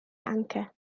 anchor